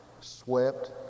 swept